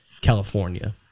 California